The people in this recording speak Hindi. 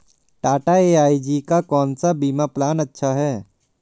टाटा ए.आई.जी का कौन सा बीमा प्लान अच्छा है?